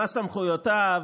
מהן סמכויותיו,